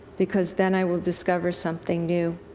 because then i will discover something new.